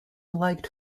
liked